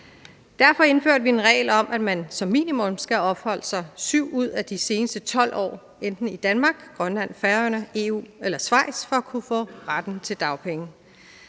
Derfor indførte vi en regel om, at man som minimum skal have opholdt sig i 7 ud af de seneste 12 år i enten Danmark, Grønland, Færøerne, EU eller Schweiz for at kunne få retten til dagpenge.